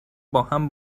باهم